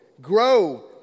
grow